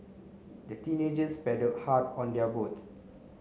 the teenagers paddled hard on their boats